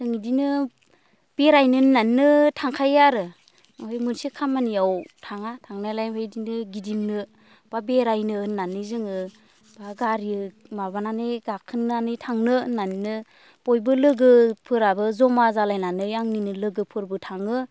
जों बिदिनो बेरायनो होनानैनो थांखायो आरो ओमफ्राय मोनसे खामानियाव थाङा थांनायालाय बिदिनो गिदिंनो बा बेरायनो होननानै जोङो गारि माबानानै गाखोनानै थांनो होननानैनो बयबो लोगोफोराबो जमा जालायनानै आंनि लोगोफोरबो थाङो